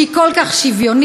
שהיא כל כך שוויונית.